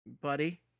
buddy